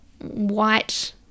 white